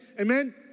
amen